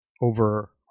over